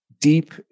deep